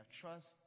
trust